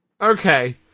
Okay